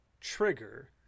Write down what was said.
trigger